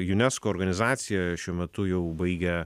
unesco organizacija šiuo metu jau baigia